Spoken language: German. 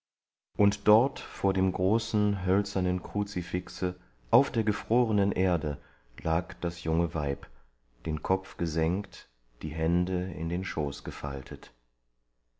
und dort vor dem großen hölzernen kruzifixe auf der gefrorenen erde lag das junge weib den kopf gesenkt die hände in den schoß gefaltet